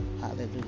hallelujah